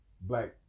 Black